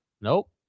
Nope